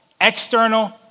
external